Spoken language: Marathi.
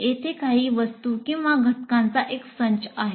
येथे काही वस्तू किंवा घटकांचा एक संच आहे